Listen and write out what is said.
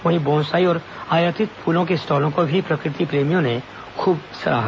वहीं बोनसाई और आयातित फूलों के स्टॉलों को भी प्रकृति प्रेमियों ने खूब सराहा